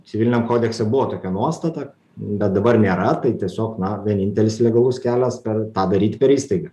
civiliniam kodekse buvo tokia nuostata bet dabar nėra tai tiesiog na vienintelis legalus kelias per tą daryti per įstaigą